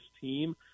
team